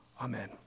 Amen